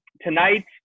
tonight